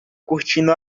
curtindo